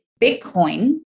Bitcoin